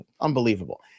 Unbelievable